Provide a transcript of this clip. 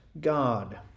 God